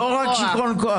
לא רק שכרון כוח,